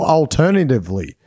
alternatively